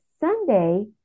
Sunday